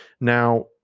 Now